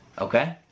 Okay